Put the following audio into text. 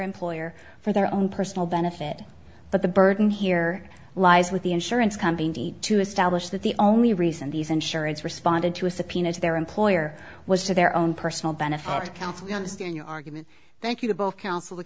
employer for their own personal benefit but the burden here lies with the insurance company to establish that the only reason these insurance responded to a subpoena to their employer was to their own personal benefit our health we understand your argument thank you both counsel